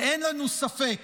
ואין לנו ספק